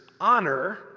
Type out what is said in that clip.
honor